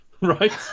right